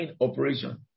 operation